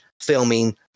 filming